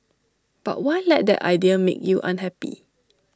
but why let that idea make you unhappy